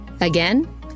Again